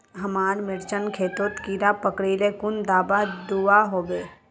हमार मिर्चन खेतोत कीड़ा पकरिले कुन दाबा दुआहोबे?